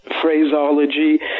phraseology